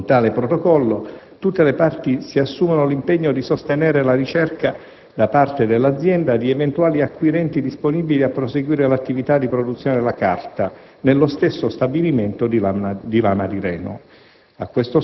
Con tale protocollo tutte le parti si assumono l'impegno di sostenere la ricerca da parte dell'azienda di eventuali acquirenti disponibili a proseguire l'attività di produzione della carta nello stesso stabilimento di Lama di Reno.